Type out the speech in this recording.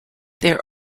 there